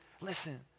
listen